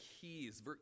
keys